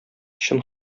чын